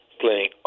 playing